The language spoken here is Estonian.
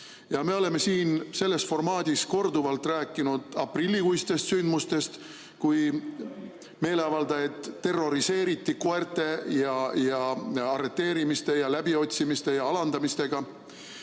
Me oleme siin selles formaadis korduvalt rääkinud aprillikuistest sündmustest, kui meeleavaldajaid terroriseeriti koerte, arreteerimiste, läbiotsimiste ja alandamistega.